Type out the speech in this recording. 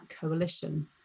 coalition